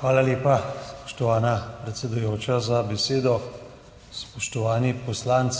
Hvala lepa, spoštovana predsedujoča, za besedo. Spoštovani poslanec,